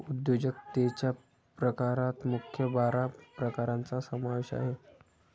उद्योजकतेच्या प्रकारात मुख्य बारा प्रकारांचा समावेश आहे